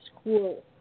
school